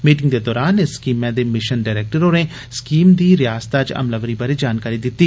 meeting दे दौरान इस स्कीमै दे मिशन डारैक्टर होरें स्कीम दी रियासतै च अमलावरी बारै जानकारी दिती